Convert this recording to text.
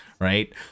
right